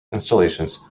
installations